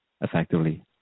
effectively